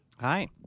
Hi